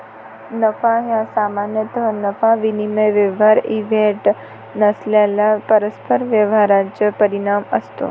नफा हा सामान्यतः नफा विनिमय व्यवहार इव्हेंट नसलेल्या परस्पर व्यवहारांचा परिणाम असतो